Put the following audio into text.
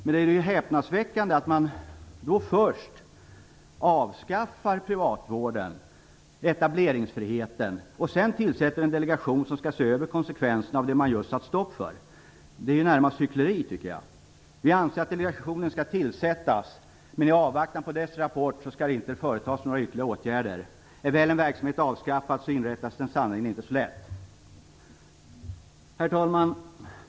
Men det är häpnadsväckande att man först avskaffar privatvården och etableringsfriheten för att sedan tillsätta en delegation som skall se över konsekvenserna av det man just satt stopp för. Det är närmast hyckleri, tycker jag. Vi anser att delegationen skall tillsättas. Men i avvaktan på en rapport skall ytterligare åtgärder inte vidtas. Är väl en verksamhet avskaffad, inrättas den sannerligen inte så lätt igen. Herr talman!